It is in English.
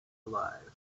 alive